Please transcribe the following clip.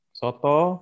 soto